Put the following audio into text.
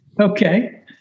Okay